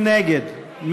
מי נגד?